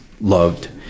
loved